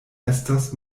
estas